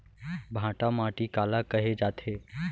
भांटा माटी काला कहे जाथे?